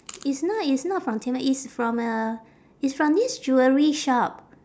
it's not it's not from tiffany it's from a it's from this jewellery shop